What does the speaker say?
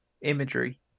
imagery